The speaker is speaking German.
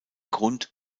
grund